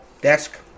desk